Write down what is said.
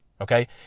Okay